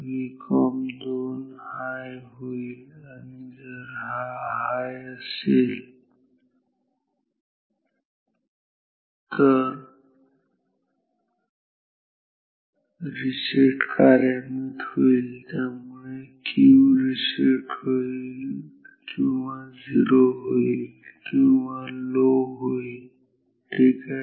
Vcomp2 high होईल आणि जर हा हाय असेल असेल तर रिसेट कार्यान्वित होईल त्यामुळे Q रिसेट होईल किंवा 0 होईल किंवा लो होईल ठीक आहे